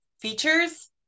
features